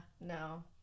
no